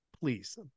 Please